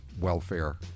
welfare